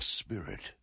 spirit